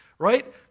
right